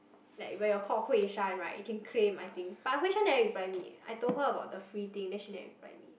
like when you're called Hui-Shan right you can claim I think but Hui Shan never reply me leh I told her about the free thing then she never reply me